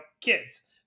kids